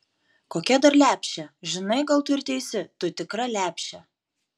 kokia dar lepšė žinai gal tu ir teisi tu tikra lepšė